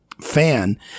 fan